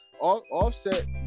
Offset